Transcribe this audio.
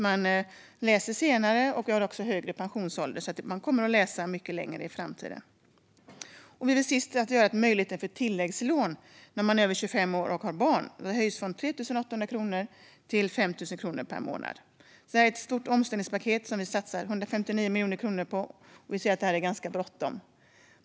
Man läser senare och det är högre pensionsålder, så man kommer att läsa mycket längre i framtiden. Vi vill till sist att tilläggslån till dem som är över 25 år och som har barn höjs från 3 800 kronor till 5 000 kronor per månad. Detta är ett stort omställningspaket, som vi satsar 159 miljoner kronor på. Vi ser att det är ganska bråttom.